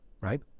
right